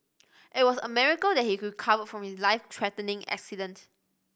it was a miracle that he recovered from his life threatening accident